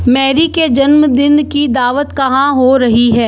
Mary के जन्मदिन की दावत कहाँ हो रही है